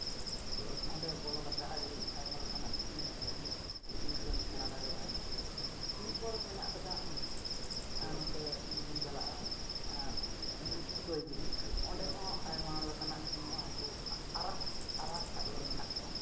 ᱚᱸᱰᱮ ᱵᱚᱞᱚ ᱠᱟᱛᱮᱫ ᱟᱹᱰᱤ ᱟᱭᱢᱟ ᱞᱮᱠᱟᱱᱟᱜ ᱥᱤᱠᱷᱱᱟᱹᱛ ᱥᱤᱠᱷᱱᱟᱹᱛ ᱡᱤᱱᱤᱥᱮᱢ ᱥᱮᱬᱟ ᱫᱟᱲᱮᱭᱟᱜᱼᱟ ᱤᱱᱟᱹ ᱯᱚᱨ ᱢᱮᱱᱟᱜ ᱠᱟᱫᱟ ᱱᱚᱛᱮ ᱡᱩᱫᱤᱢ ᱪᱟᱞᱟᱜᱼᱟ ᱩᱫᱳᱭᱜᱤᱨᱤ ᱚᱸᱰᱮ ᱦᱚᱸ ᱟᱭᱢᱟ ᱞᱮᱠᱟᱱᱟᱜ ᱦᱟᱱᱠᱳ ᱟᱨᱟᱜ ᱟᱨᱟᱜ ᱠᱟᱴᱠᱚᱢ ᱢᱮᱱᱟᱜ ᱠᱚᱣᱟ